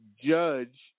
judge